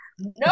No